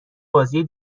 بازی